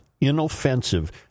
inoffensive